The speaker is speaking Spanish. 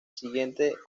siguiente